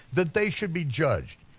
that they should be judged,